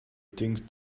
think